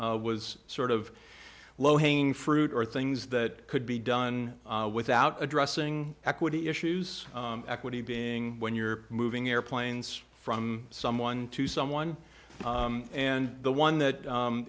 one was sort of low hanging fruit or things that could be done without addressing equity issues equity being when you're moving airplanes from someone to someone and the one that